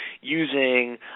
using